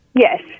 Yes